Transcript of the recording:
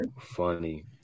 funny